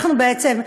אנחנו בעצם,